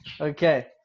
Okay